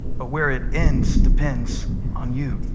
but where it ends depends on you.